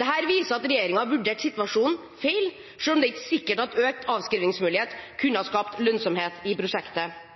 Dette viser at regjeringen vurderte situasjonen feil, selv om det ikke er sikkert at økt avskrivningsmulighet kunne skapt lønnsomhet i prosjektet.